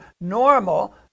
normal